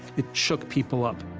it shook people up,